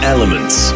Elements